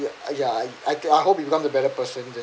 I ya I I I hope he become a better person than